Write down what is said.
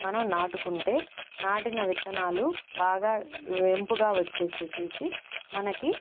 మనం నాటుకుంటే నాటిన విత్తనాలు బాగా వెంపుగా వచ్చేసి మనకి